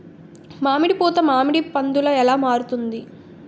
మామిడి పూత మామిడి పందుల ఎలా మారుతుంది?